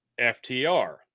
FTR